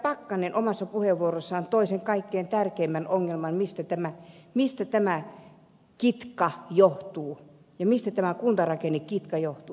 pakkanen omassa puheenvuorossaan toi sen kaikkein tärkeimmän ongelman mistä tämä kitka johtuu mistä tämä kuntarakennekitka johtuu